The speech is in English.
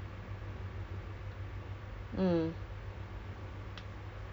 go the proper way kena ada majlis perkahwinan